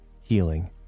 healing